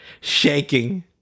shaking